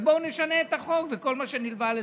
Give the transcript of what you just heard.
אז בואו נשנה את החוק וכל מה שנלווה לזה.